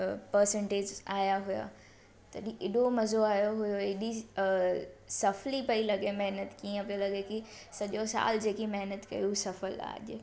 अ percentage आया हुया तॾहिं एॾो मज़ो आयो हुयो एॾी सफ़ली पई लॻे महिनत इअं पियो लॻे की सॼो साल जेकि महिनत कई उह सफ़ल आहे अॼु